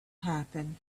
happen